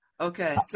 Okay